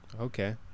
Okay